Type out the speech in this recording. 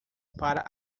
para